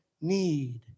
need